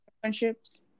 friendships